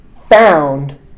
found